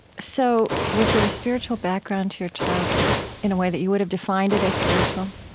so was there a spiritual background to your childhood in a way that you would have defined it as spiritual?